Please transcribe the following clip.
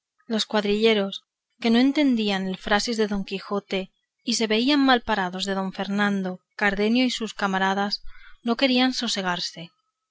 los cuadrilleros que no entendían el frasis de don quijote y se veían malparados de don fernando cardenio y sus camaradas no querían sosegarse el